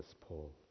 Paul